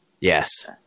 Yes